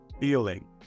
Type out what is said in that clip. feeling